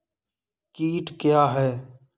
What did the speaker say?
कीट क्या है?